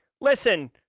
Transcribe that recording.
listen